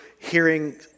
hearing